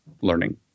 learning